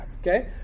Okay